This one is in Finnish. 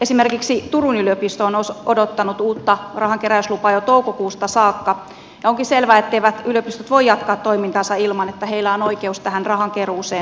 esimerkiksi turun yliopisto on odottanut uutta rahankeräyslupaa jo toukokuusta saakka ja onkin selvää etteivät ylipistot voi jatkaa toimintaansa ilman että heillä on oikeus tähän rahankeruuseen